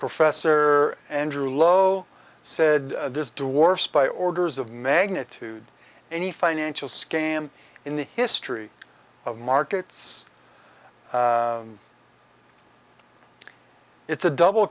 professor andrew lo said this dwarfed by orders of magnitude any financial scam in the history of markets it's a double